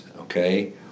okay